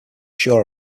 sure